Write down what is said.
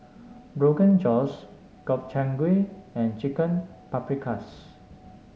Rogan Josh Gobchang Gui and Chicken Paprikas